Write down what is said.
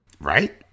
Right